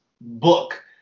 book